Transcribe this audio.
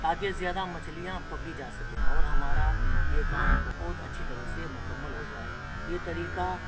تاکہ زیادہ مچھلیاں پکڑی جا سکیں اور ہمارا یہ کام بہت اچھی طرح سے مکمل ہو جائے یہ طریقہ